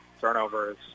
turnovers